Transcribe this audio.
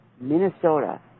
Minnesota